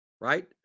right